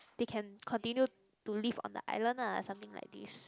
they can continue to live on the island ah something like this